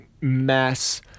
mass